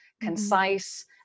concise